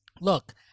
look